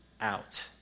out